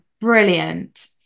brilliant